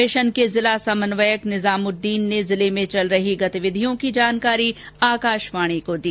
mission के जिला समन्वयक निजामुद्दीन ने जिले में चल रही गतिविधियों की जानकारी आकाशवाणी को दी